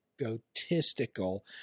egotistical